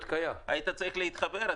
היה צריך להתחבר,